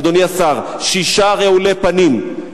אדוני השר, שישה רעולי פנים.